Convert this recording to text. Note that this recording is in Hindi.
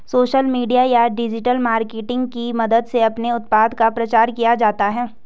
सोशल मीडिया या डिजिटल मार्केटिंग की मदद से अपने उत्पाद का प्रचार किया जाता है